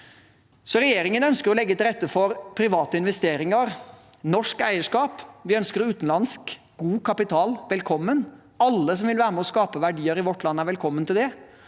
Regjeringen ønsker å legge til rette for private investeringer og norsk eierskap. Vi ønsker utenlandsk god kapital velkommen. Alle som vil være med på å skape verdier i vårt land, er velkommen til det.